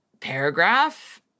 paragraph